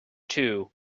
too